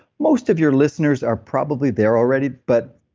most of your listeners are probably there already but,